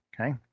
okay